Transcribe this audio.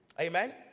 amen